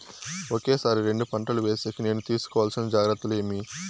ఒకే సారి రెండు పంటలు వేసేకి నేను తీసుకోవాల్సిన జాగ్రత్తలు ఏమి?